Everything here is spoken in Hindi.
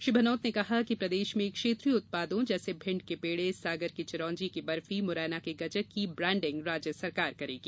श्री भनोट ने कहा कि प्रदेश में क्षेत्रीय उत्पादों जैसे भिण्ड के पेड़े सागर की चिरोंजी की बर्फी मुरैना के गजक की ब्राण्डिंग राज्य सरकार करेगी